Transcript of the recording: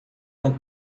uma